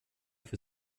für